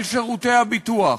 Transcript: על שירותי הביטוח.